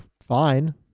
fine